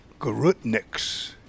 Garutniks